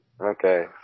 Okay